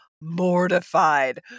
mortified